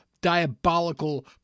diabolical